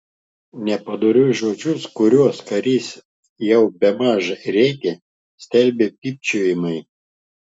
nepadorius žodžius kuriuos karys jau bemaž rėkė stelbė pypčiojimai